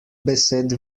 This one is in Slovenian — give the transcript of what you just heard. besed